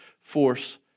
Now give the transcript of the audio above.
force